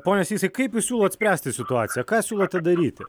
pone sysai kaip jūs siūlot spręsti situaciją ką siūlote daryti